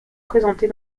présentés